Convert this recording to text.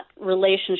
relationship